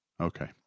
Okay